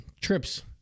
trips